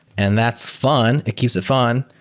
and that's fun. it keeps it fun.